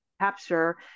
capture